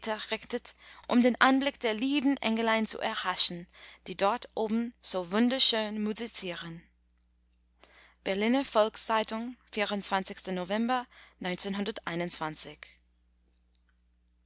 um den anblick der lieben engelein zu erhaschen die dort oben so wunderschön musizieren berliner volks-zeitung november